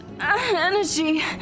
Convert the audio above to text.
energy